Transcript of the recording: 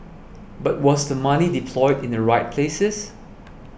but was the money deployed in the right places